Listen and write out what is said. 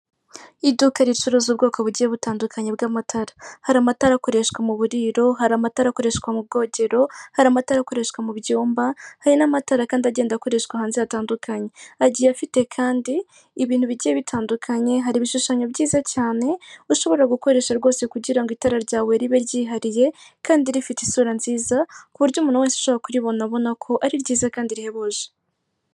Iduka ricuruza ubwoko bugiye butandukanye bw'amatara, hari amatara akoreshwa mu muburiro, hari amatara akoreshwa mu bwogero, hari amatara akoreshwa mu bwogero, hari amatara akoresha mu byumba, hari n'amatara kandi agenda akoreshwa hanze hatandukanye, agiye afite kandi ibintu bigiye bitandukanye, hari ibishushanyo byiza cyane ushobora gukoresha rwose kugira ngo itara ryawe ribe ryihariye kandi rifite isura nziza, ku buryo umuntu wese ushobora kuribona abona ko ari ryiza kandi rihebuje.